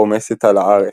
הרמשת על-הארץ".